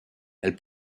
elle